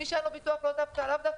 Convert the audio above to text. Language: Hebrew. מי שאין לו ביטוח לאו דווקא מתלונן.